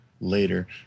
later